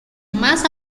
más